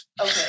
Okay